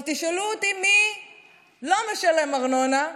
תשאלו אותי: מי לא משלם ארנונה?